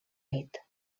nit